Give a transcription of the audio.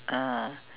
ah